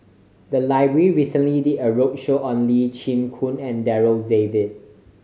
the library recently did a roadshow on Lee Chin Koon and Darryl David